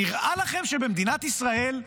נראה לכם שבמדינת ישראל,